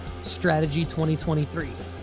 Strategy2023